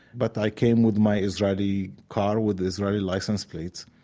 but i came with my israeli car with israeli license plates.